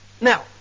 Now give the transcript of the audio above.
now